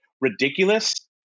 Ridiculous